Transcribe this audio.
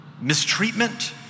Mistreatment